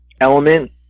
element